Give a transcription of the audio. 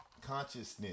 Consciousness